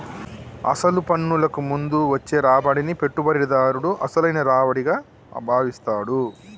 అసలు పన్నులకు ముందు వచ్చే రాబడిని పెట్టుబడిదారుడు అసలైన రావిడిగా భావిస్తాడు